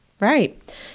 Right